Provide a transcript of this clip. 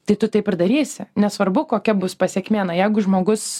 tai tu taip ir darysi nesvarbu kokia bus pasekmė na jeigu žmogus